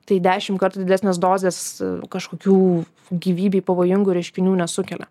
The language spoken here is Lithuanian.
tai dešim kartų didesnės dozės kažkokių gyvybei pavojingų reiškinių nesukelia